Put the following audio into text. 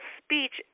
speech